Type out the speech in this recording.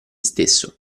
stesso